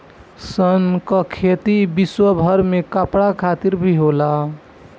सन कअ खेती विश्वभर में कपड़ा खातिर भी होला